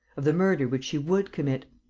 of the murder which she would commit.